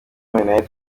minnaert